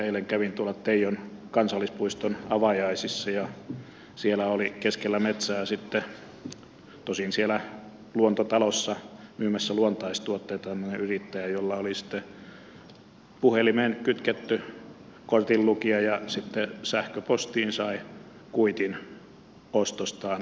eilen kävin tuolla teijon kansallispuiston avajaisissa ja siellä oli keskellä metsää tosin siellä luontotalossa myymässä luontaistuotteita semmoinen yrittäjä jolla oli puhelimeen kytketty kortinlukija ja sitten sähköpostiin sai kuitin ostostaan